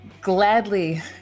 gladly